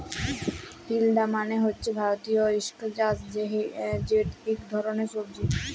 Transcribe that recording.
তিলডা মালে হছে ভারতীয় ইস্কয়াশ যেট ইক ধরলের সবজি